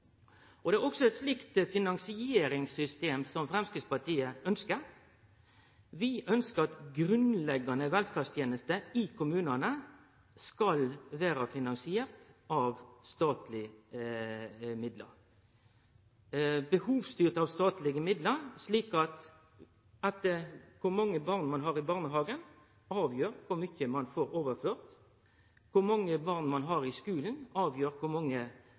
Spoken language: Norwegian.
kontrollere. Det er også eit slikt finansieringssystem Framstegspartiet ønskjer. Vi ønskjer at grunnleggjande velferdstenester i kommunane skal vere finansierte av statlege midlar, behovsstyrte av statlege midlar, slik at kor mange barn ein har i barnehagen, avgjer kor mykje ein får overført, at kor mange barn ein har i skulen, avgjer kor